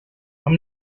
how